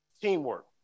Teamwork